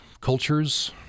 culture's